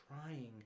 trying